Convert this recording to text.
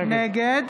נגד